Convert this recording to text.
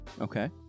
Okay